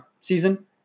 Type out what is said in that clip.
season